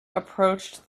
approached